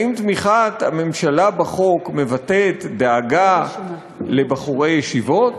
האם תמיכת הממשלה בחוק מבטאת דאגה לבחורי הישיבות?